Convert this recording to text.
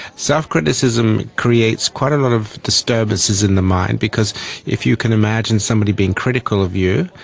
self-criticism creates quite a lot of disturbances in the mind because if you can imagine somebody being critical of you,